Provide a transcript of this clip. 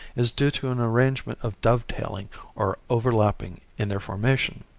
is due to an arrangement of dovetailing or overlapping in their formation.